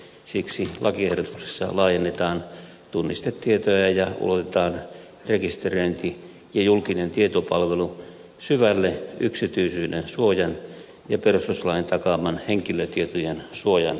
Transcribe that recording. siksi lakiehdotuksessa laajennetaan tunnistetietoja ja ulotetaan rekisteröinti ja julkinen tietopalvelu syvälle yksityisyyden suojan ja perustuslain takaaman henkilötietojen suojan alueelle